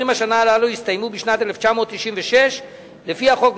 20 השנה הללו הסתיימו בשנת 1996. לפי החוק,